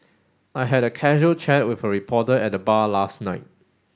I had a casual chat with a reporter at the bar last night